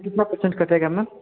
कितना पर्सेंट कटेगा मैम